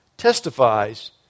testifies